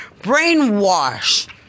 brainwash